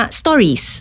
stories